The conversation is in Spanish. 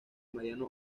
mariano